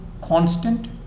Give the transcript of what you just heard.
constant